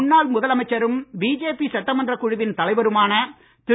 முன்னாள் முதலமைச்சரும் பிஜேபி சட்டமன்றக் குழுவின் தலைவருமான திரு